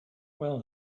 well